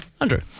Andrew